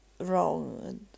wrong